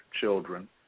children